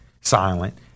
silent